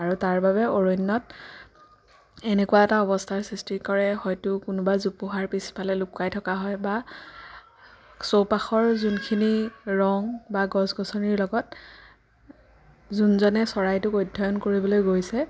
আৰু তাৰ বাবে অৰণ্যত এনেকুৱা এটা অৱস্থাৰ সৃষ্টি কৰে হয়তো কোনোবা জোপোহাৰ পিছফালে লুকাই থকা হয় বা চৌপাশৰ যোনখিনি ৰং বা গছ গছনিৰ লগত যোনজনে চৰাইটোক অধ্যয়ন কৰিবলৈ গৈছে